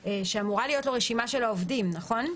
שאמורה להיות לו רשימה של עובדים, נכון?